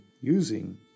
using